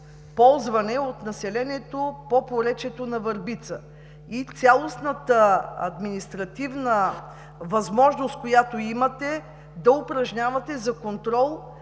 водоползване от населението по поречието на река Върбица. Цялостната административна възможност, която имате, да упражнявате за контрол,